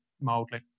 mildly